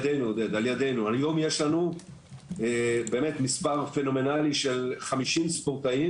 היום יש לנו באמת מספר פנומנלי של 50 ספורטאים